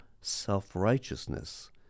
self-righteousness